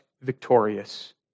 victorious